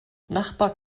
nachbar